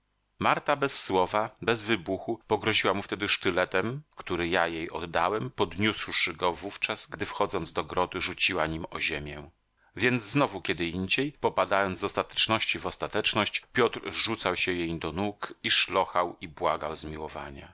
marta bez słowa bez wybuchu pogroziła mu wtedy sztyletem który ja jej oddałem podniósłszy go wówczas gdy wchodząc do groty rzuciła nim o ziemię więc znowu kiedyindziej popadając z ostateczności w ostateczność piotr rzucał się jej do nóg i szlochał i błagał zmiłowania